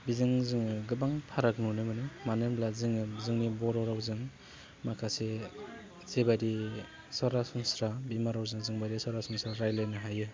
बिजों जोङो गोबां फाराग नुनो मोनो मानो होनब्ला जोङो जोंनि बर' रावजों माखासे जेबादि सरासनस्रा बिमा रावजों जोंबादि सरासनस्रा रायज्लायनो हायो